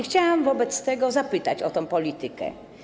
Chciałam wobec tego zapytać o tę politykę.